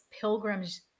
pilgrim's